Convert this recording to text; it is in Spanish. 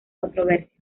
controversia